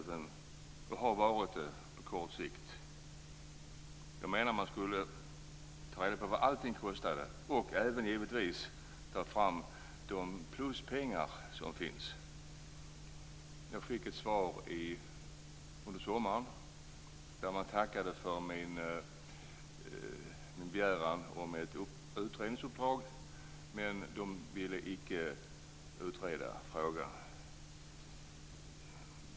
Det har varit det på kort sikt. Jag menade att man skulle ta reda på vad allting kostade, och även givetvis ta fram de pluspengar som finns. Jag fick ett svar under sommaren där man tackade för min begäran om ett utredningsuppdrag, men de ville inte utreda frågan.